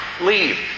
Leave